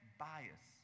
bias